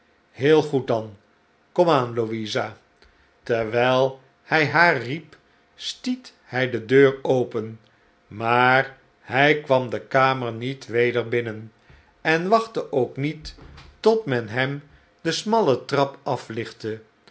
heel goed dan komaan louisa terwijl hij haar riep stiet hij de deur open maar hij kwam de kamer niet weder binnen en wachtte ook niet tot men hem de smalle trap aflichtte